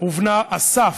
ובנה אסף,